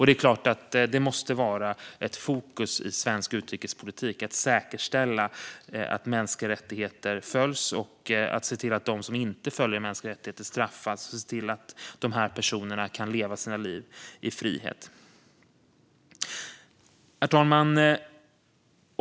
Det är klart att det måste vara ett fokus i svensk utrikespolitik att säkerställa att mänskliga rättigheter följs, att se till att de som inte följer mänskliga rättigheter straffas och att se till att hbtqi-personer kan leva sina liv i frihet. Herr talman!